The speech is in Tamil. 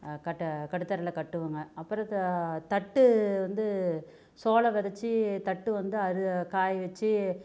கட்டு கட்டுத்தரையில் கட்டுவோங்க அப்புறம் தா தட்டு வந்து சோளம் விதச்சி தட்டு வந்து அறு காயவெச்சு